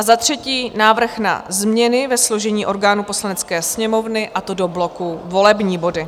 Za třetí návrh na změny ve složení orgánů Poslanecké sněmovny, a to do bloku Volební body.